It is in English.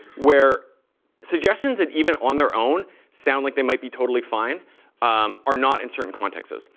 where suggestions that even on their own sound like they might be totally fine are not in certain contexts.